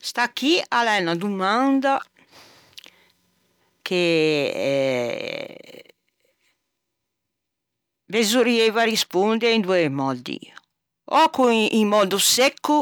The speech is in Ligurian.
Sta chì a l'é unna domanda che besorrieiva risponde in doe mòddi ò con un mòddo secco